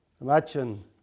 imagine